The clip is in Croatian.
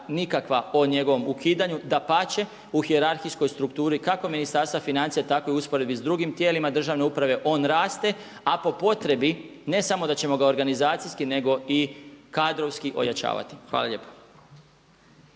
nikakva o njegovom ukidanju, dapače u hijerarhijskoj strukturi kako Ministarstva financija tako i usporedbi s drugim tijelima državne uprave on raste a po potrebi ne samo da ćemo ga organizacijski nego i kadrovski ojačavati. Hvala lijepa.